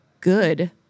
good